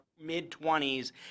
mid-20s